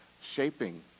shaping